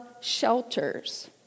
Shelters